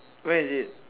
where is it